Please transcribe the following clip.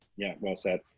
yeah, well said.